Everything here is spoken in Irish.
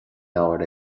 leabhar